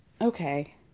Okay